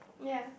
ya